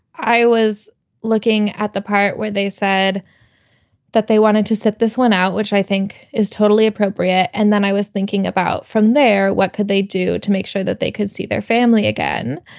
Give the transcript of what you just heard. i was looking at the part where they said that they wanted to sit this one out, which i think is totally appropriate. and then i was thinking about from there, what could they do to make sure that they could see their family again?